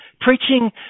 Preaching